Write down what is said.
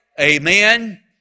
amen